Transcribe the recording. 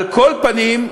על כל פנים,